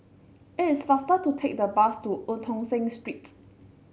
it's faster to take the bus to Eu Tong Sen Streets